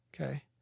Okay